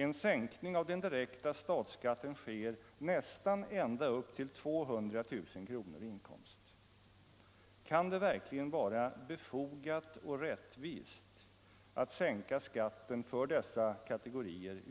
En sänkning av den direkta statsskatten sker nästan ända upp till 200 000 kronor i inkomst. Kan det verkligen vara befogat och rättvist från någon som helst synpunkt att sänka skatten för dessa kategorier?